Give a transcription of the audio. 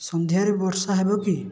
ସନ୍ଧ୍ୟାରେ ବର୍ଷା ହେବ କି